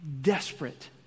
desperate